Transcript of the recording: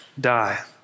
die